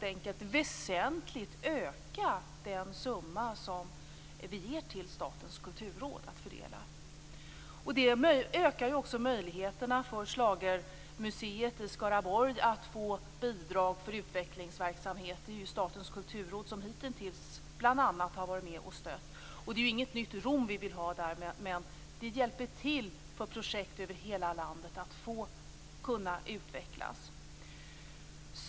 Det ökar ju också möjligheterna för schlagermuseet i Skaraborg att få bidrag för utvecklingsverksamhet. Det är ju Statens kulturråd som hitintills bl.a. har varit med och stött den. Det är ju inget nytt Rom vi vill ha, men det hjälper projekt över hela landet att kunna utvecklas.